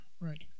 Right